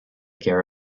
care